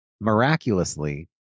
miraculously